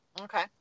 Okay